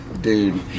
Dude